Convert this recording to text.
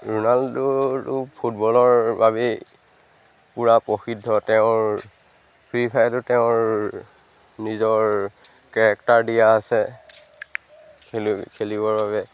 ৰোণাল্ডোৰতো ফুটবলৰ বাবেই পূৰা প্ৰসিদ্ধ তেওঁৰ ফ্ৰী ফায়াৰটো তেওঁৰ নিজৰ কেৰেক্টাৰ দিয়া আছে খেলুৱৈ খেলিবৰ বাবে